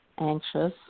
anxious